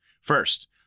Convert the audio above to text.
First